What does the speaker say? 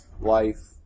life